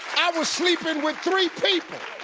i was sleepin' with three people.